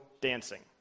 dancing